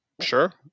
Sure